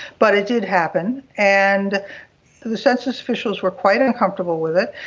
but it did happen. and the census officials were quite uncomfortable with it,